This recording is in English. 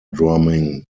drumming